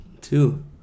Two